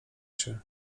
się